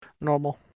normal